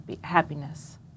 happiness